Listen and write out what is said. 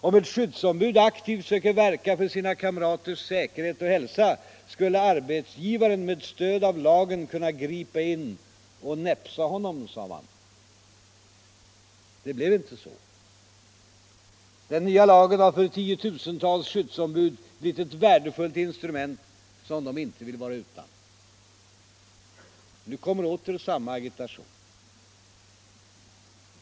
Om ett skyddsombud aktivt sökte verka för sina kamraters säkerhet och hälsa skulle arbetsgivaren med stöd av lagen kunna gripa in och näpsa honom, sade man. Det blev inte så. Den nya lagen har för tiotusentals skyddsombud blivit ett värdefullt instrument som de inte vill vara utan. Nu kommer åter samma agitation.